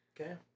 Okay